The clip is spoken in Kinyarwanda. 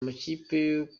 amakipe